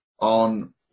on